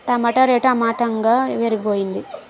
టమాట rate అమాంతంగా పెరిగిపోయింది